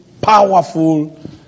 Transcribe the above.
powerful